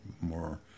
more